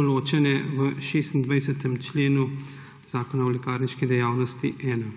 določene v 26. členu Zakona o lekarniški dejavnosti 1.